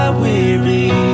weary